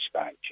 stage